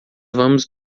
vamos